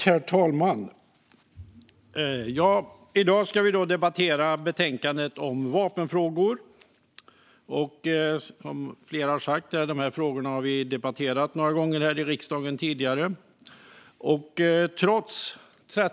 Herr talman! I dag ska vi debattera betänkandet om vapenfrågor. Som flera har sagt här har vi debatterat de frågorna några gånger tidigare i riksdagen.